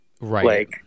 right